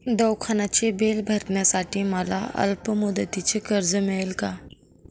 दवाखान्याचे बिल भरण्यासाठी मला अल्पमुदतीचे कर्ज मिळेल का?